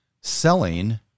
selling